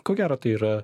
ko gero tai yra